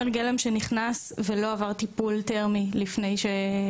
גלם שנכנס ולא עבר טיפול תרמי לפני?